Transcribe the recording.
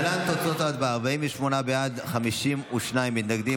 להלן תוצאות ההצבעה: 48 בעד, 52 מתנגדים.